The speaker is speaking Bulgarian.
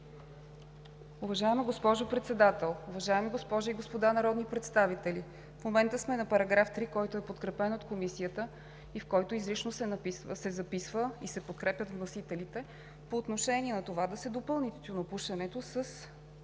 Уважаема госпожо Председател, уважаеми госпожи и господа народни представители! В момента сме на § 3, който е подкрепен от Комисията и в който изрично се записва и се подкрепят вносителите по отношение на това да се допълни тютюнопушенето с